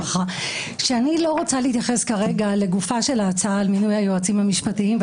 אני לא רוצה להתייחס כרגע לגופה של ההצעה על מינוי היועצים המשפטיים,